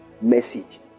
message